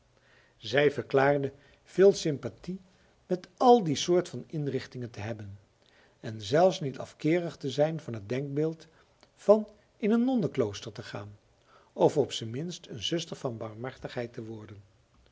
zij verklaarde veel sympathie met al die soort van inrichtingen te hebben en zelfs niet afkeerig te zijn van het denkbeeld van in een nonnenklooster te gaan of op zijn minst een zuster van barmhartigheid te worden